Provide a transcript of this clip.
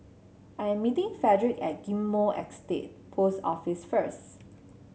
I'm meeting Fredrick at Ghim Moh Estate Post Office first